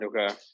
Okay